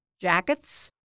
jackets